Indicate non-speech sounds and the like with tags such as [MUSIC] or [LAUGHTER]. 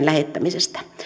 [UNINTELLIGIBLE] lähettämisestä